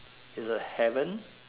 is a heaven